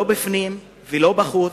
לא בפנים ולא בחוץ.